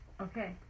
Okay